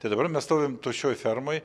tai dabar mes stovim tuščioj fermoj